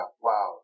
Wow